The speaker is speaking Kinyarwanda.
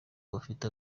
bafite